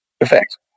effect